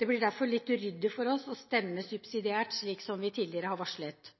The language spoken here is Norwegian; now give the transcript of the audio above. Det blir derfor litt uryddig å stemme subsidiært, som vi tidligere har varslet.